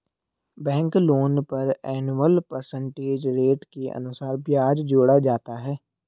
bank loan पर annual percentage rate के अनुसार ब्याज जोड़ा जाता है